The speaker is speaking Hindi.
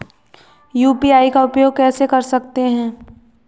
यू.पी.आई का उपयोग कैसे कर सकते हैं?